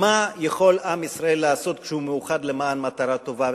מה יכול עם ישראל לעשות כשהוא מאוחד למען מטרה טובה.